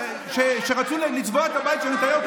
כשרצו לצבוע את הבית של נתניהו,